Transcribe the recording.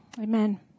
amen